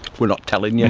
we're not telling you.